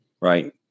right